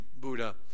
Buddha